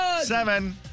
Seven